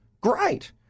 Great